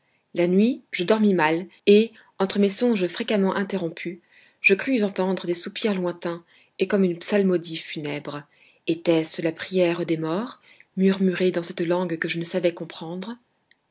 la nuit je dormis mal et entre mes songes fréquemment interrompus je crus entendre des soupirs lointains et comme une psalmodie funèbre était-ce la prière des morts murmurée dans cette langue que je ne savais comprendre